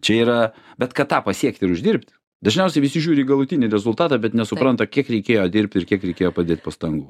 čia yra bet kad tą pasiekti ir uždirbti dažniausiai visi žiūri į galutinį rezultatą bet nesupranta kiek reikėjo dirbti ir kiek reikėjo padėt pastangų